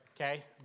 Okay